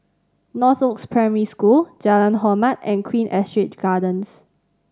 Northoaks Primary School Jalan Hormat and Queen Astrid Gardens